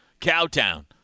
Cowtown